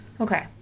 Okay